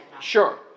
Sure